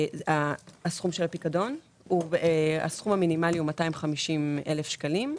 הסכום המינימאלי הוא 250,000 שקלים,